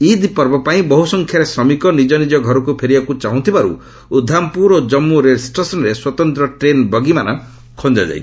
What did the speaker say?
ଇଦ୍ ପର୍ବ ପାଇଁ ବହୁସଂଖ୍ୟାରେ ଶ୍ରମିକ ନିଜ ନିଜ ଘରକୁ ଫେରିବାକୁ ଚାହୁଁଥିବାରୁ ଉଦ୍ଧମ୍ପୁର ଓ ଜମ୍ମୁ ରେଳଷ୍ଟେସନ୍ରେ ସ୍ୱତନ୍ତ୍ର ଟ୍ରେନ୍ ବଗିମାନ ଖଞ୍ଜାଯାଇଛି